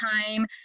time